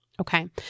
Okay